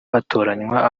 batoranywa